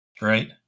right